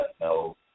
no